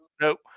Nope